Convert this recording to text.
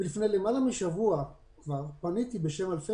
לפני למעלה משבוע כבר פניתי בשם אלפי